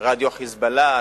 רדיו ה"חיזבאללה",